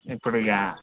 ఇప్పుడు ఇక